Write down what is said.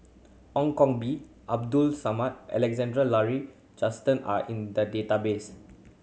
Ong Koh Bee Abdul Samad Alexander Laurie Johnston are in the database